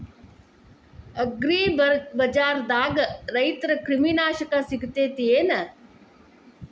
ಅಗ್ರಿಬಜಾರ್ದಾಗ ರೈತರ ಕ್ರಿಮಿ ನಾಶಕ ಸಿಗತೇತಿ ಏನ್?